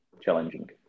challenging